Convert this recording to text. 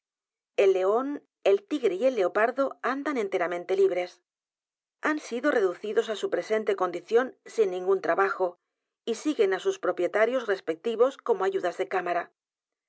el león el tigre y el leopardo andan enteramente libres han sido reducidos á su presente condición sin ningún trabajo y siguen á sus propietarios respectivos como ayudas de cámara